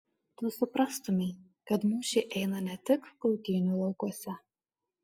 tu suprastumei kad mūšiai eina ne tik kautynių laukuose